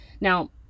Now